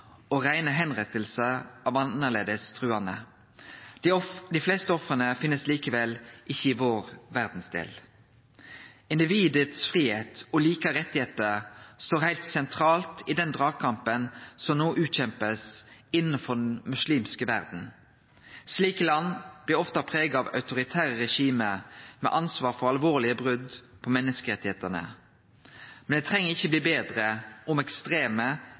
og reine avrettingar av annleis truande. Dei fleste offera finst likevel ikkje i vår verdsdel. Individets fridom og like rettar står heilt sentralt i den dragkampen som no blir utkjempa innanfor den muslimske verda. Slike land er ofte prega av autoritære regime med ansvar for alvorlege brot på menneskerettane. Men det treng ikkje bli betre om ekstreme